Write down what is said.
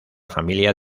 familia